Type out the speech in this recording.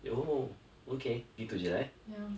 eh oh okay gitu jer eh